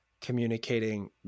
communicating